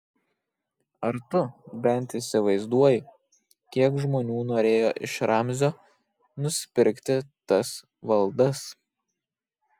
ar tu bent įsivaizduoji kiek žmonių norėjo iš ramzio nusipirkti tas valdas